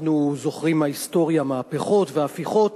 אנחנו זוכרים מההיסטוריה מהפכות והפיכות,